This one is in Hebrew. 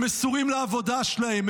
הם מסורים לעבודה שלהם,